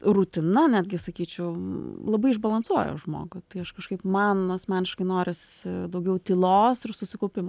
rutina netgi sakyčiau labai išbalansuoja žmogų tai aš kažkaip man asmeniškai noris daugiau tylos ir susikaupimo